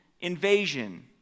invasion